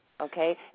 okay